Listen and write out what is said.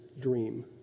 dream